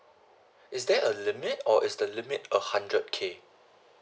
is there a limit or is the limit a hundred K